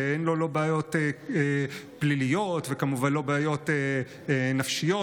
שאין לו בעיות פליליות וכמובן לא בעיות נפשיות,